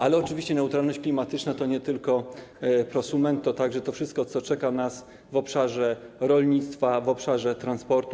Ale oczywiście neutralność klimatyczna to nie tylko prosument - to także to wszystko, co czeka nas w obszarze rolnictwa, w obszarze transportu.